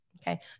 Okay